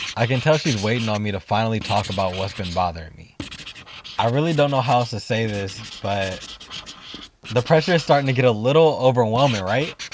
i can tell she is waiting on me to finally talk about what has been bothering me i really don't know how else so to say this, but the pressure is starting to get a little overwhelming, right?